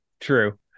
True